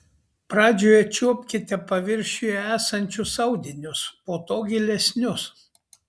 pradžioje čiuopkite paviršiuje esančius audinius po to gilesnius